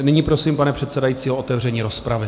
Nyní prosím, pane předsedající, o otevření rozpravy.